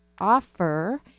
offer